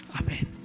Amen